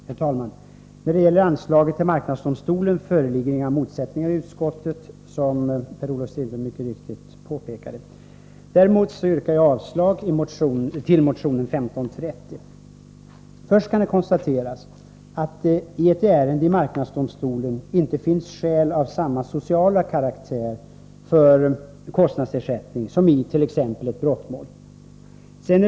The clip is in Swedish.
Herr talman! När det gäller anslaget till marknadsdomstolen föreligger inga motsättningar i utskottet, som Per-Olof Strindberg mycket riktigt påpekade. Däremot yrkar jag avslag på motion 1530. Först kan det konstateras att det i ett ärende i marknadsdomstolen inte finns skäl av samma sociala karaktär för kostnadsersättning som i t.ex. ett brottmål.